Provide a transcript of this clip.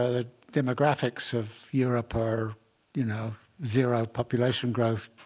ah the demographics of europe are you know zero population growth,